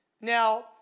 Now